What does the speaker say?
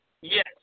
Yes